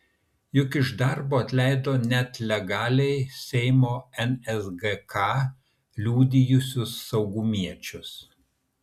juk iš darbo atleido net legaliai seimo nsgk liudijusius saugumiečius